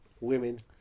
Women